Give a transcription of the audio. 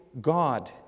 God